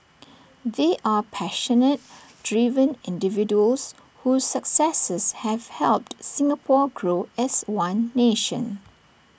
they are passionate driven individuals whose successes have helped Singapore grow as one nation